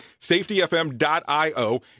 safetyfm.io